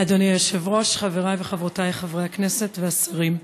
אדוני היושב-ראש, חברי וחברותי חברי הכנסת והשרים,